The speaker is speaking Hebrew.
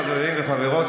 חברים וחברות,